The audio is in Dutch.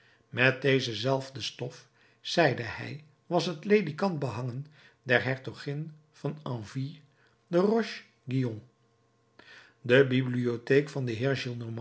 met deze zelfde stof zeide hij was het ledikant behangen der hertogin van anville te roche guyon de bibliotheek van den